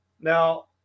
Now